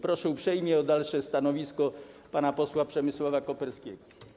Proszę uprzejmie o dalsze stanowisko pana posła Przemysława Koperskiego.